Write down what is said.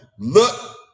Look